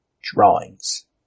Drawings